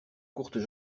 courtes